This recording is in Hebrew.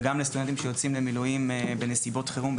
וגם לסטודנטים שיוצאים למילואים בנסיבות חירום,